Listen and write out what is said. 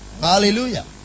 Hallelujah